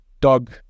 dog